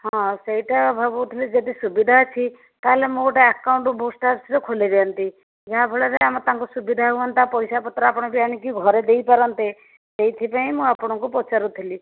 ହଁ ସେଇଟା ଭାବୁଥିଲି ଯଦି ସୁବିଧା ଅଛି ତା'ହେଲେ ମୁଁ ଗୋଟେ ଆକାଉଣ୍ଟ୍ ରେ ଖୋଲି ଦିଅନ୍ତି ଯାହା ଫଳରେ ଆମ ତାଙ୍କୁ ସୁବିଧା ହୁଅନ୍ତା ପଇସାପତ୍ର ଆପଣ ବି ଆଣିକି ଘରେ ଦେଇପାରନ୍ତେ ସେଇଥିପାଇଁ ମୁଁ ଆପଣଙ୍କୁ ପଚାରୁଥିଲି